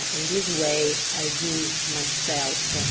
in this way, i do myself.